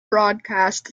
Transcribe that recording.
broadcast